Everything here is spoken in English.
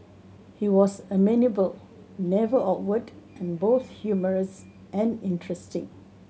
he was amenable never awkward and both humorous and interesting